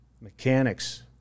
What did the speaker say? mechanics